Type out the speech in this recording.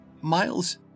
Miles